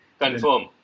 confirm